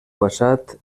basat